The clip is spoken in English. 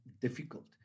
difficult